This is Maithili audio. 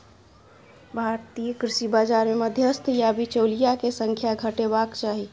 भारतीय कृषि बाजार मे मध्यस्थ या बिचौलिया के संख्या घटेबाक चाही